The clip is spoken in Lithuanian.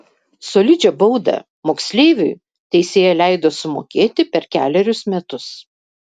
solidžią baudą moksleiviui teisėja leido sumokėti per kelerius metus